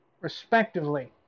respectively